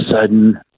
sudden –